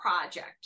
project